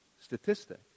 statistic